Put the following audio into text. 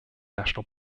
national